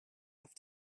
have